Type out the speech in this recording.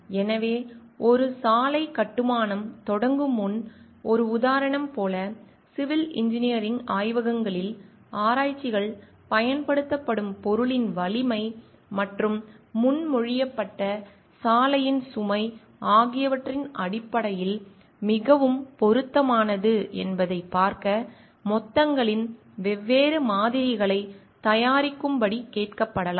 எனவே ஒரு சாலை கட்டுமானம் தொடங்கும் முன் ஒரு உதாரணம் போல சிவில் இன்ஜினியரிங் ஆய்வகங்களில் ஆராய்ச்சிகள் பயன்படுத்தப்படும் பொருளின் வலிமை மற்றும் முன்மொழியப்பட்ட சாலையின் சுமை ஆகியவற்றின் அடிப்படையில் மிகவும் பொருத்தமானது என்பதை பார்க்க மொத்தங்களின் வெவ்வேறு மாதிரிகளைத் தயாரிக்கும்படி கேட்கப்படலாம்